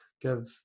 give